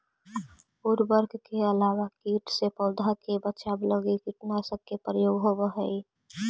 उर्वरक के अलावा कीट से पौधा के बचाव लगी कीटनाशक के प्रयोग होवऽ हई